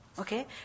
Okay